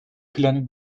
planı